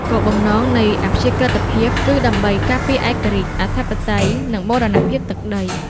គោលបំណងនៃអព្យាក្រឹតភាពគឺដើម្បីការពារឯករាជ្យ អធិបតេយ្យ និងបូរណភាពទឹកដី។